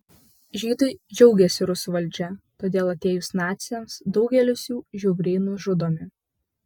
žydai džiaugiasi rusų valdžia todėl atėjus naciams daugelis jų žiauriai nužudomi